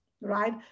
right